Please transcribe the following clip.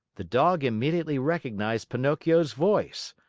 the dog immediately recognized pinocchio's voice.